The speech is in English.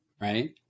right